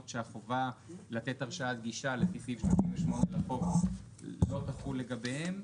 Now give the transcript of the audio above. שהחובה לתת הרשאת גישה לפי סעיף 38 לחוק לא תחול לגביהם".